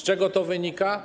Z czego to wynika?